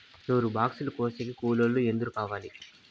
నూరు బాక్సులు కోసేకి కూలోల్లు ఎందరు కావాలి?